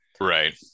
right